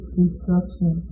destruction